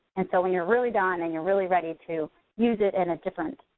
and so when you're really done and you're really ready to use it in a different